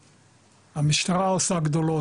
המשטרה עושה גדולות,